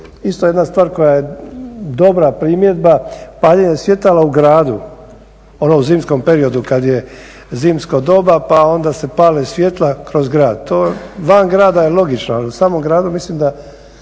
isto jedna stvar koja je dobra primjedba paljenje svjetala u gradu, ono u zimskom periodu kad je zimsko doba, pa onda se pale svjetla kroz grad. To van grada je logično, ali u samom gradu mislim da